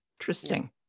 interesting